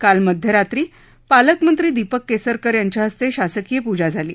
काल मध्यरात्री पालकमंत्री दीपक केसरकर यांच्या हस्ते शासकीय पूजा झाली